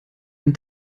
den